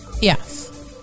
Yes